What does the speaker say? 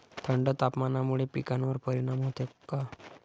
थंड तापमानामुळे पिकांवर परिणाम होतो का?